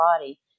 body